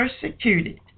persecuted